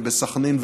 בסח'נין,